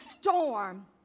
storm